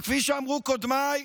כפי שאמרו קודמיי,